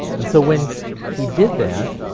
and so when he did that,